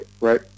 right